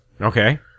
Okay